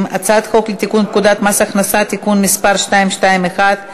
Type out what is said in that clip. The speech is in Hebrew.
ההצעה להעביר את הצעת חוק לתיקון פקודת מס הכנסה (מס' 221),